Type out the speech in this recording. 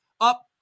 Up